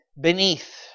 beneath